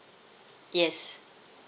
yes